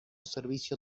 servicio